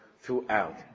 throughout